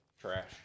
Trash